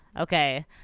Okay